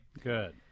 Good